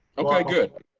okay, good